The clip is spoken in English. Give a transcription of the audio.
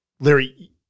Larry